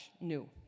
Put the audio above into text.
new